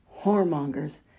Whoremongers